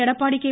Edappadi K